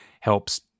helps